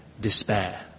Despair